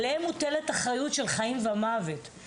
עליהם מוטלת האחריות של חיים ומוות.